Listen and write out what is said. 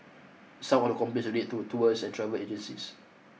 some of the complaints relate to a tours and travel agencies